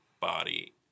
body